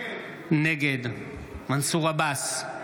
נגד מנסור עבאס,